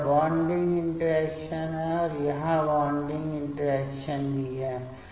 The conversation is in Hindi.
तो यह बॉन्डिंग इंटरैक्शन है और यहां बॉन्डिंग इंटरैक्शन भी है